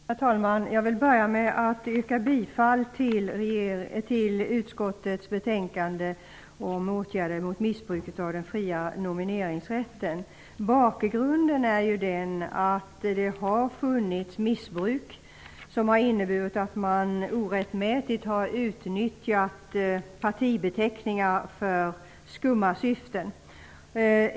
Herr talman! Jag vill börja med att yrka bifall till hemställan i utskottets betänkande om åtgärder mot missbruk av den fria nomineringsrätten. Bakgrunden är att det har funnits ett missbruk som har inneburit att man orättmätigt har utnyttjat partibeteckningar för skumma syften.